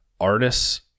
artists